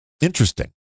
Interesting